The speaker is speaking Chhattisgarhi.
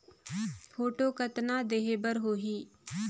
फोटो कतना देहें बर होहि?